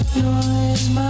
noise